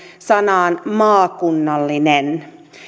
sanaan maakunnallinen